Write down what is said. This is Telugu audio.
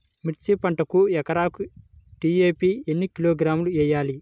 మిర్చి పంటకు ఎకరాకు డీ.ఏ.పీ ఎన్ని కిలోగ్రాములు వేయాలి?